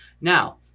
Now